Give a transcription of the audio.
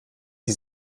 die